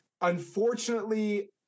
Unfortunately